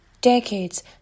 decades